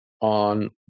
on